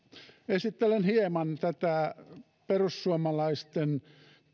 esittelen hieman tätä perussuomalaisten